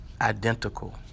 identical